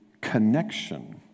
connection